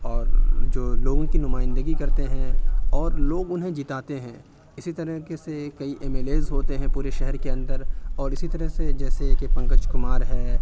اور جو لوگوں کی نمائندگی کرتے ہیں اور لوگ انھیں جتاتے ہیں اسی طریقے سے کئی ایم ایل ایز ہوتے ہیں پورے شہر کے اندر اور اسی طرح سے جیسے کہ پنکج کمار ہیں